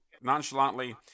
nonchalantly